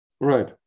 right